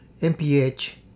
MPH